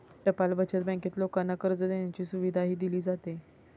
टपाल बचत बँकेत लोकांना कर्ज देण्याची सुविधाही दिली जाते